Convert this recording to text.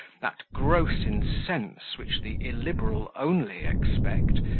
that gross incense which the illiberal only expect,